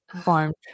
farmed